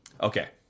okay